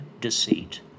deceit